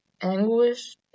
anguish